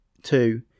Two